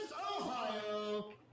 Ohio